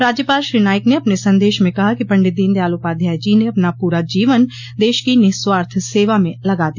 राज्यपाल श्री नाईक ने अपने संदेश में कहा कि पंडित दीनदयाल उपाध्याय जी ने अपना पूरा जीवन देश की निःस्वार्थ सेवा में लगा दिया